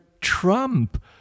Trump